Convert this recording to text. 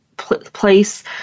place